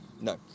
No